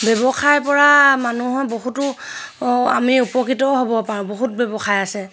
ব্যৱসায় পৰা মানুহে বহুতো আমি উপকৃতও হ'ব পাৰোঁ বহুত ব্যৱসায় আছে